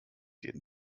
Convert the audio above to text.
jeden